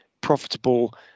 profitable